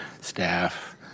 staff